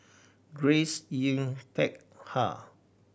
Grace Yin Peck Ha